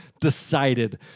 decided